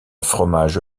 fromage